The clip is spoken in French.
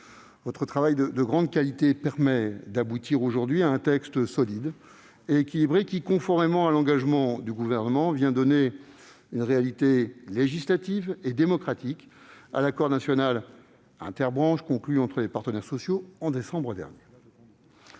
Votre travail de grande qualité permet d'aboutir aujourd'hui à un texte solide et équilibré qui, conformément à l'engagement du Gouvernement, vient donner une réalité législative et démocratique à l'accord national interprofessionnel conclu entre les partenaires sociaux en décembre dernier.